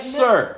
sir